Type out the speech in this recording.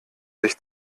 sich